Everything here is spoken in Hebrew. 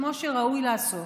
כמו שראוי לעשות.